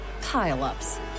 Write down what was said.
pile-ups